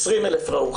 20,000 ראו,